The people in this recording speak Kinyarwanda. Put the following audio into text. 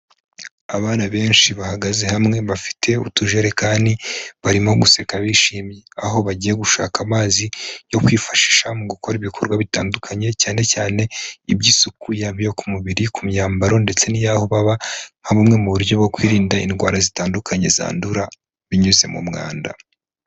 Abana benshi bahagaze hamwe, bafite utujerekani barimo guseka bishimwe, aho bagiye gushaka amazi yo kwifashisha mu gukora ibikorwa bitandukanye, cyane cyane iby'isuku yaba iyo ku mubiri, ku myambaro ndetse n'iyaho baba, nka bumwe mu buryo bwo kwirinda indwara zitandukanye, zandura binyuze mu mwanda.